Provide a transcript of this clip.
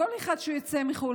כל אחד שיוצא לחו"ל,